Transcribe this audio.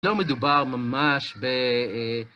לא מדובר ממש ב...